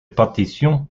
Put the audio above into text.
partition